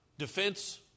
defense